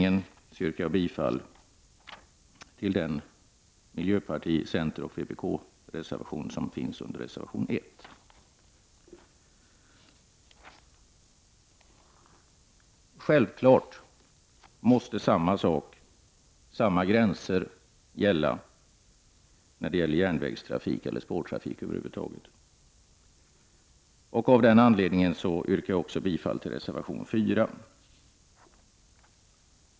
Därför yrkar jag bifall till reservation 1 från miljöpartiet, centerpartiet och vpk. Självfallet måste samma gränser gälla i fråga om järnvägstrafik och spårtrafik över huvud taget. Därför yrkar jag bifall även till reservation 4.